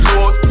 Lord